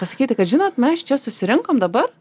pasakyti kad žinot mes čia susirinkom dabar